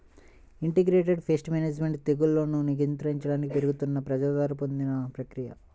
integrated pest management తెగుళ్లను నియంత్రించడానికి పెరుగుతున్న ప్రజాదరణ పొందిన ప్రక్రియ